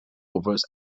overs